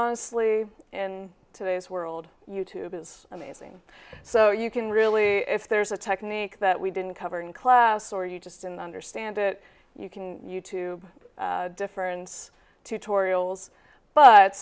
honestly in today's world you tube is amazing so you can really if there's a technique that we didn't cover in class or you just in the understand that you can you tube difference tutorials but